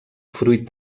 fruit